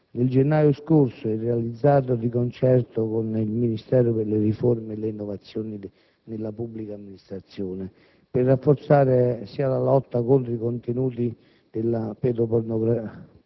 nel gennaio scorso e realizzato di concerto con il Ministro per le riforme e le innovazioni nella pubblica amministrazione, per rafforzare la lotta contro i contenuti pedopornografici